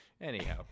Anyhow